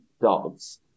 dogs